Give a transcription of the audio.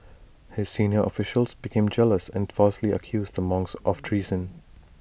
his senior officials became jealous and falsely accused the monks of treason